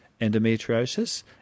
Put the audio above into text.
endometriosis